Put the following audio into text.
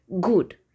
good